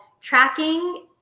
tracking